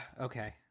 okay